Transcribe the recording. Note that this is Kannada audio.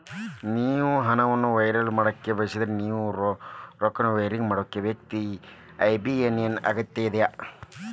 ನೇವು ಹಣವನ್ನು ವೈರ್ ಮಾಡಲಿಕ್ಕೆ ಬಯಸಿದ್ರ ನೇವು ರೊಕ್ಕನ ವೈರಿಂಗ್ ಮಾಡೋ ವ್ಯಕ್ತಿ ಐ.ಬಿ.ಎ.ಎನ್ ನ ಅಗತ್ಯ ಇರ್ತದ